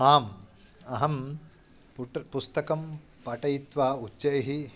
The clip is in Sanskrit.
आम् अहं पुटं पुस्तकं पाठयित्वा उच्चैः